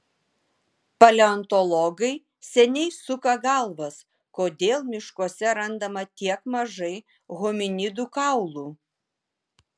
paleontologai seniai suka galvas kodėl miškuose randama tiek mažai hominidų kaulų